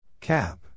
Cap